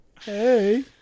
Hey